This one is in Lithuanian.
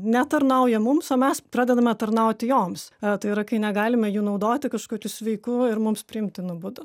ne tarnauja mums o mes pradedame tarnauti joms tai yra kai negalime jų naudoti kažkokiu sveiku ir mums priimtinu būdu